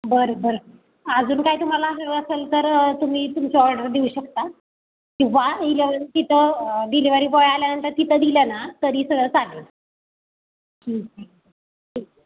बरं बरं अजून काय तुम्हाला हवं असेल तर तुम्ही तुमची ऑर्डर देऊ शकता किंवा तिथं डिलेवरी बॉय आल्यानंतर तिथं दिलं ना तरी स चालेल ठीक